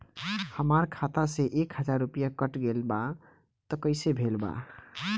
हमार खाता से एक हजार रुपया कट गेल बा त कइसे भेल बा?